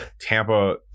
Tampa